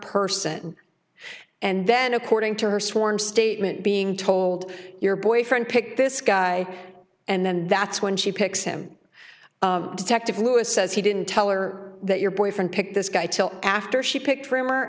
person and then according to her sworn statement being told your boyfriend pick this guy and then that's when she picks him detective lewis says he didn't tell her that your boyfriend picked this guy till after she picked f